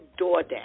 DoorDash